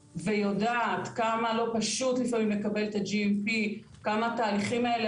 ויודעת כמה לא פשוט לפעמים לקבל את ה-GMP כמה התהליכים האלה